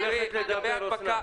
את הולכת לדבר, אוסנת.